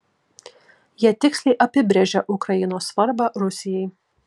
jie tiksliai apibrėžia ukrainos svarbą rusijai